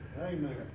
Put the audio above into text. Amen